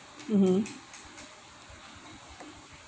mmhmm